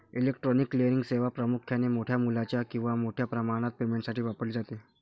electronic clearing सेवा प्रामुख्याने मोठ्या मूल्याच्या किंवा मोठ्या प्रमाणात पेमेंटसाठी वापरली जाते